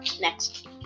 next